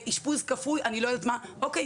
באשפוז כפוי אני לא יודעת מה אוקיי.